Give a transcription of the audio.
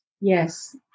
Yes